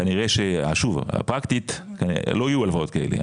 כנראה ששוב פרקטית לא יהיו הלוואות כאלה,